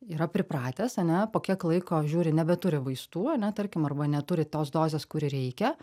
yra pripratęs ane po kiek laiko žiūri nebeturi vaistų ane tarkim arba neturi tos dozės kur reikia